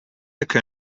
occur